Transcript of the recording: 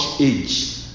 age